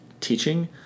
teaching